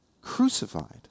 Crucified